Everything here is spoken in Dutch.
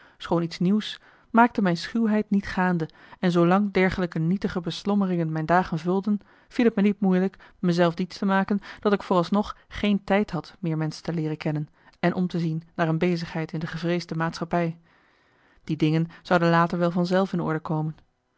schoon iets nieuws maakte mijn schuwheid niet gaande en zoolang dergelijke nietige beslommeringen mijn dagen vulden viel t me niet moeilijk me zelf diets te maken dat ik vooralsnog geen tijd had meer menschen te leeren kennen en om te zien naar een bezigheid in de gevreesde maatschappij die dingen zouden later wel van zelf in orde komen